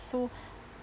so